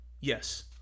Yes